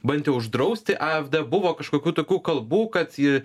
bandė uždrausti afd buvo kažkokių tokių kalbų kad